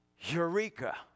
Eureka